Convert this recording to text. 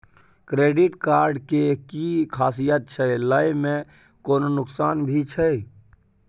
Credit card के कि खासियत छै, लय में कोनो नुकसान भी छै?